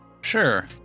Sure